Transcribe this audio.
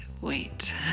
wait